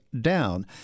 down